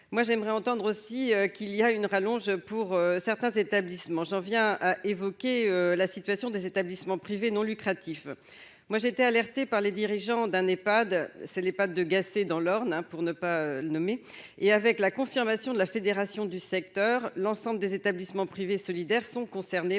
moi j'aimerais entendre aussi qu'il y a une rallonge pour certains établissements, j'en viens évoquer la situation des établissements privés non lucratifs, moi j'ai été alertée par les dirigeants d'un Epad c'est les pâtes de Gacé, dans l'Orne pour ne pas le nommer, et avec la confirmation de la fédération du secteur, l'ensemble des établissements privés solidaire sont concernés